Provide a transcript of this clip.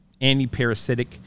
antiparasitic